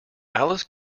alice